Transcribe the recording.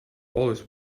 always